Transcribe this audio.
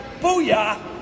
Booyah